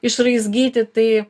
išraizgyti tai